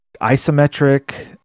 isometric